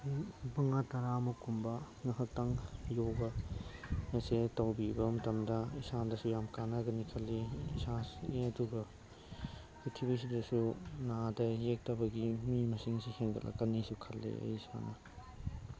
minute ꯃꯉꯥ ꯇꯔꯥꯃꯨꯛꯀꯨꯝꯕ ꯉꯥꯏꯍꯥꯛꯇꯪ ꯌꯣꯒꯥ ꯑꯁꯦ ꯇꯧꯕꯤꯕ ꯃꯇꯝꯗ ꯏꯁꯥꯗꯁꯨ ꯌꯥꯝ ꯀꯥꯟꯅꯒꯅꯤ ꯈꯜꯂꯤ ꯏꯁꯥꯁꯤ ꯑꯗꯨꯒ ꯄ꯭ꯔꯤꯊꯤꯕꯤꯁꯤꯗꯁꯨ ꯅꯥꯗ ꯌꯦꯛꯇꯕꯒꯤ ꯃꯤ ꯃꯁꯤꯡꯁꯤ ꯍꯦꯟꯒꯠꯂꯛꯀꯅꯤꯁꯨ ꯈꯜꯂꯤ ꯑꯩ ꯏꯁꯥꯅ